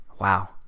wow